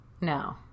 No